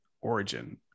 origin